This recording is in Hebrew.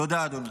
תודה, אדוני.